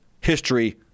history